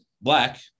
black